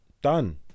done